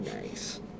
Nice